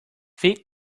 thick